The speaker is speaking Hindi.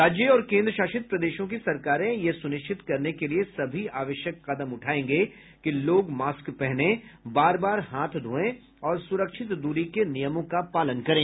राज्य और केंद्रशासित प्रदेशों की सरकारें यह सुनिश्चित करने के लिए सभी आवश्यक कदम उठाऐंगे कि लोग मास्क पहनें बार बार हाथ धोयें और सुरक्षित दूरी के नियमों का पालन करें